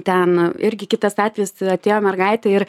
ten irgi kitas atvejis atėjo mergaitė ir